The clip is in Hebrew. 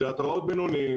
תיאטראות בינוניים,